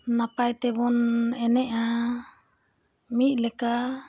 ᱱᱟᱯᱟᱭ ᱛᱮᱵᱚᱱ ᱮᱱᱮᱡᱼᱟ ᱢᱤᱫ ᱞᱮᱠᱟ